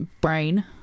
brain